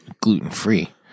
gluten-free